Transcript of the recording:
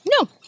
No